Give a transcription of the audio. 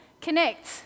Connect